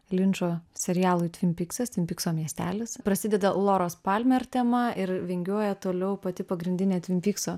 linčo serialui tvimpyksas tvinpykso miestelis prasideda loros palmer tema ir vingiuoja toliau pati pagrindinė tvinpykso